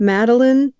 Madeline